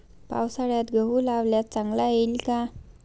पावसाळ्यात गहू लावल्यास चांगला येईल का?